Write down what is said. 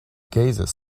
gaseous